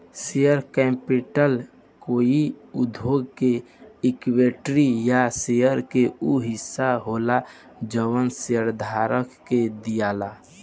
share capital कोई उद्योग के इक्विटी या शेयर के उ हिस्सा होला जवन शेयरधारक के दियाला